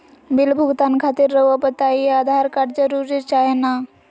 Bill भुगतान खातिर रहुआ बताइं आधार कार्ड जरूर चाहे ना?